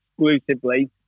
exclusively